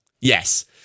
yes